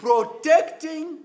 Protecting